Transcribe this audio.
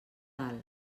dalt